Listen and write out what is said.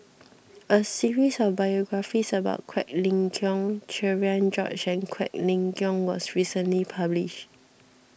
a series of biographies about Quek Ling Kiong Cherian George and Quek Ling Kiong was recently published